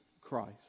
Christ